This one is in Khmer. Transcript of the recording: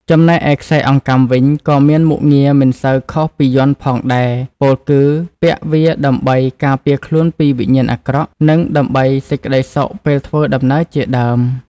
ចំណែកឯខ្សែអង្កាំវិញក៏មានមុខងារមិនសូវខុសពីយ័ន្តផងដែរពោលគឺពាក់វាដើម្បី ការពារខ្លួនពីវិញ្ញាណអាក្រក់និងដើម្បីសេចក្តិសុខពេលធ្វើដំណើរជាដើម